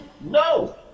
no